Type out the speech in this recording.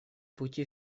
пути